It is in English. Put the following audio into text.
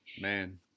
man